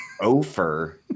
ofer